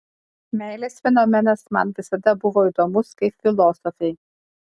meilės fenomenas man visada buvo įdomus kaip filosofei